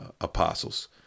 apostles